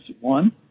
One